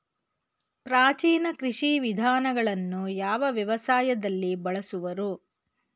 ಪ್ರಾಚೀನ ಕೃಷಿ ವಿಧಾನಗಳನ್ನು ಯಾವ ವ್ಯವಸಾಯದಲ್ಲಿ ಬಳಸುವರು?